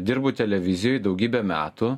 dirbu televizijoj daugybę metų